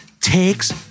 Takes